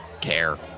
care